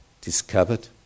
discovered